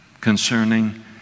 concerning